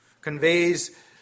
conveys